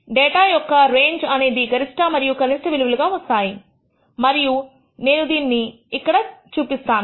data యొక్క range అనేది గరిష్ట మరియు కనిష్ట విలువలుగా వస్తాయి మరియు నేను దాన్ని ఇక్కడ చూపిస్తాను